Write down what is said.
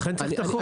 לכן צריך את החוק.